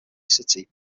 city